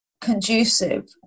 conducive